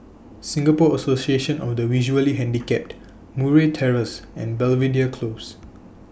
Singapore Association of The Visually Handicapped Murray Terrace and Belvedere Close